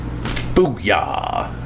Booyah